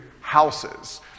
houses